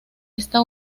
esta